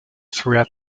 throughout